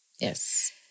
Yes